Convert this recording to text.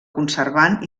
conservant